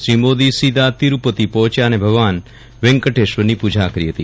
શ્રી મોદી સીધા તિરુપતિ પહોચ્યા અને ભગવાન વેંકટેશ્વરની પૂજા કરી હતી